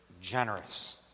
generous